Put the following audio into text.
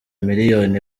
miliyoni